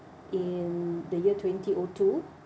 in the year twenty O two